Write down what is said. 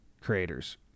creators